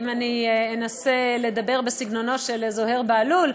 אם אנסה לדבר בסגנונו של זוהיר בהלול,